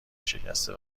شکسته